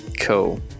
Cool